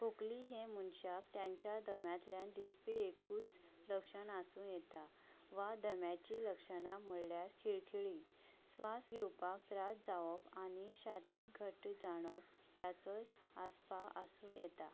खोंकली हें मनशाक ताच्या दम्यांतल्यान दिसपी एकूच लक्षण आसूं येता वा दम्याचीं लक्षणां म्हणल्यार खिळखिळी स्वास घेवपाक त्रास जावप आनी छाती घट्ट जाणप ह्याचोय आस्पाव आसूं येता